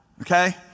Okay